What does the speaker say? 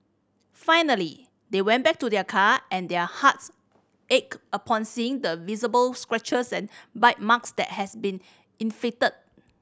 finally they went back to their car and their hearts ached upon seeing the visible scratches and bite marks that has been inflicted